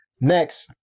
next